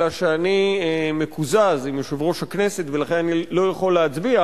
אלא שאני מקוזז עם יושב-ראש הכנסת ולכן אני לא יכול להצביע,